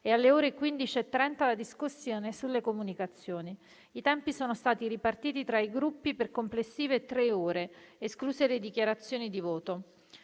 e, alle ore 15,30, la discussione sulle comunicazioni. I tempi sono stati ripartiti tra i Gruppi per complessive tre ore, escluse le dichiarazioni di voto.